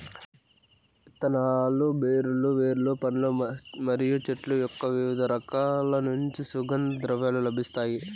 ఇత్తనాలు, బెరడు, వేర్లు, పండ్లు మరియు చెట్టు యొక్కవివిధ బాగాల నుంచి సుగంధ ద్రవ్యాలు లభిస్తాయి